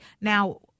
Now